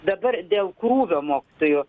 dabar dėl krūvio mokytojų